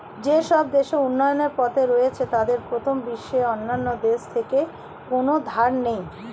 যেসব দেশ উন্নয়নের পথে রয়েছে তাদের প্রথম বিশ্বের অন্যান্য দেশ থেকে কোনো ধার নেই